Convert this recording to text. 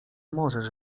możesz